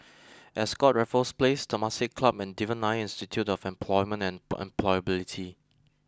Ascott Raffles Place Temasek Club and Devan Nair Institute of Employment and emp Employability